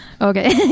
Okay